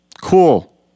cool